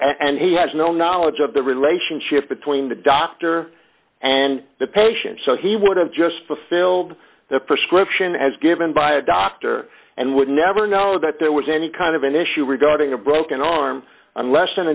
and he had no knowledge of the relationship between the doctor and the patient so he would have just filled the prescription as given by a doctor and would never know that there was any kind of an issue regarding a broken arm unless and